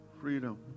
freedom